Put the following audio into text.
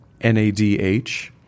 NADH